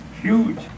huge